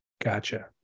Gotcha